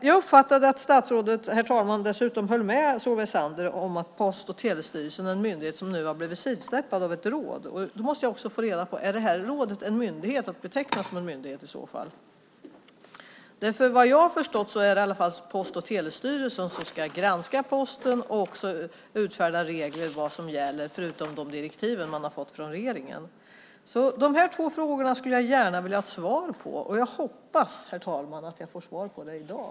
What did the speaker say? Jag uppfattade, herr talman, att statsrådet dessutom höll med Solveig Zander om att Post och telestyrelsen är en myndighet som nu har blivit sidsteppad av ett råd. Då måste jag också få reda på: Är detta råd att beteckna som en myndighet? Vad jag har förstått är i alla fall att det är Post och telestyrelsen som ska granska Posten och utfärda regler för vad som gäller förutom de direktiv man har fått från regeringen. De här två frågorna skulle jag gärna vilja ha ett svar på. Jag hoppas, herr talman, att jag får svar i dag.